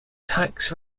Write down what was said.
tax